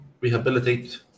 rehabilitate